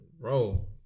bro